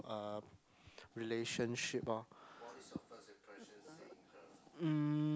relationship lor